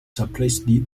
suppressed